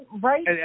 right